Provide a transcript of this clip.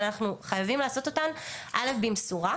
אבל אנחנו חייבים לעשות אותם: א' במשורה,